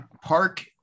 park